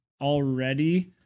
already